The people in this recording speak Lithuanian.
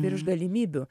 virš galimybių